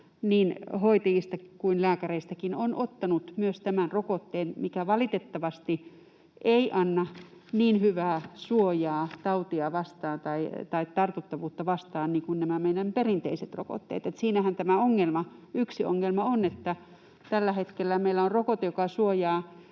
niin hoitajista kuin lääkäreistäkin on ottanut myös tämän rokotteen, mikä valitettavasti ei anna niin hyvää suojaa tautia vastaan tai tartuttavuutta vastaan kuin nämä meidän perinteiset rokotteet. Että siinähän tämä ongelma, yksi ongelma, on, että tällä hetkellä meillä on rokote, joka suojaa